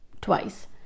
twice